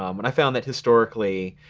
um and i found that historically,